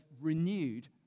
renewed